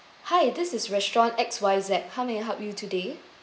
hi this is restaurant X Y Z how may I help you today